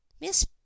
miss